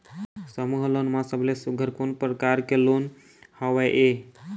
समूह लोन मा सबले सुघ्घर कोन प्रकार के लोन हवेए?